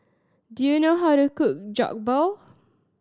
do you know how to cook Jokbal